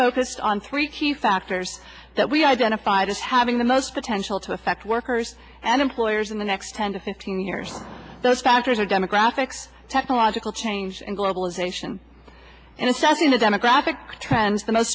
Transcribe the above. focused on three key factors that we identified as having the most potential to affect workers and employers in the next ten to fifteen years those factors are demographics technological change and globalization and it says in the demographic trends the most